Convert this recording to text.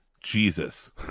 jesus